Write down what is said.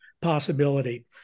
possibility